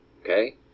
okay